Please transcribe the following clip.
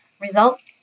Results